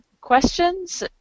questions